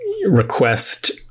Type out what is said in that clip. request